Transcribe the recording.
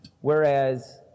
Whereas